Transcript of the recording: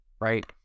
right